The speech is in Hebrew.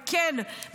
וכן,